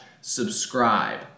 subscribe